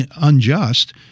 unjust